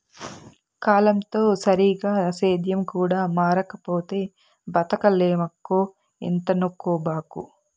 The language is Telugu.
కాలంతో సరిగా సేద్యం కూడా మారకపోతే బతకలేమక్కో ఇంతనుకోబాకు